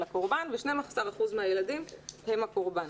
הקורבן ו-12 אחוזים מהילדים הם הקורבן.